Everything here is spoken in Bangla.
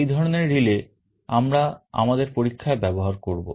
এই ধরনের relay আমরা আমাদের পরীক্ষায় ব্যবহার করব